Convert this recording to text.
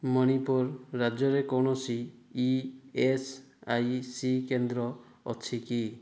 ମଣିପୁର ରାଜ୍ୟରେ କୌଣସି E S I C କେନ୍ଦ୍ର ଅଛି କି